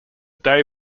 day